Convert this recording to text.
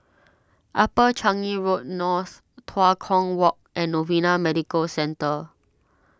Upper Changi Road North Tua Kong Walk and Novena Medical Centre